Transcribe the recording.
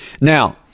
Now